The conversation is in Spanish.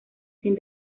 sin